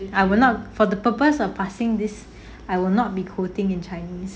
I will not for the purpose of passing this I will not be coding in chinese